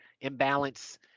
imbalance